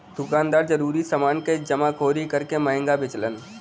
दुकानदार जरूरी समान क जमाखोरी करके महंगा बेचलन